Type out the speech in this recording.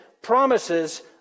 promises